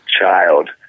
child